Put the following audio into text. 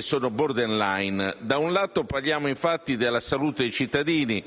sono *border line*. Da un lato parliamo, infatti, della salute dei cittadini